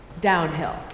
downhill